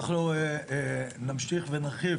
אנחנו נמשיך להרחיב